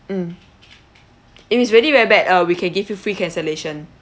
mm if it's really very bad uh we can give you free cancellation